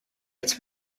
its